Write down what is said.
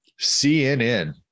CNN